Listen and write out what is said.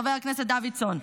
חבר הכנסת דוידסון.